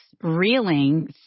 reeling